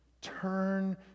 Turn